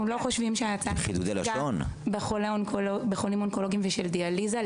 אנחנו לא חושבים שההצעה תפגע בחולים אונקולוגים ושל דיאליזה.